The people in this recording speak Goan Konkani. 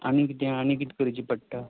आनी कितें आनी कितें करचें पडटा